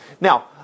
Now